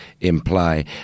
imply